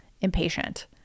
impatient